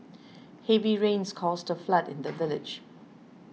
heavy rains caused a flood in the village